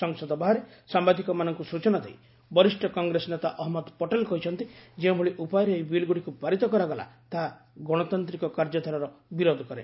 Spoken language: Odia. ସଂସଦ ବାହାରେ ସାମ୍ବାଦିକମାନଙ୍କୁ ସୂଚନା ଦେଇ ବରିଷ୍ଣ କଂଗ୍ରେସ ନେତା ଅହମଦ ପଟେଲ୍ କହିଛନ୍ତି ଯେଉଁଭଳି ଉପାୟରେ ଏହି ବିଲ୍ ଗୁଡିକୁ ପାରିତ କରାଗଲା ତାହା ଗଶତାନ୍ତ୍ରିକ କାର୍ଯ୍ୟଧାରାର ବିରୋଧ କରେ